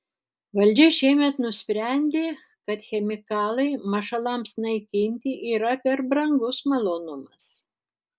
valdžia šiemet nusprendė kad chemikalai mašalams naikinti yra per brangus malonumas